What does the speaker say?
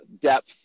depth